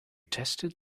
tested